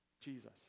Jesus